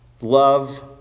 love